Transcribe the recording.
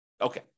Okay